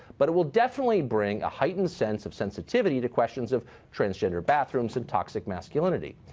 but it will definitely bring a heightened sense of sensitivity to questions of transgender bathrooms and toxic masculinity.